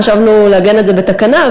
חשבנו לעגן את זה בתקנה,